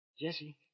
Jesse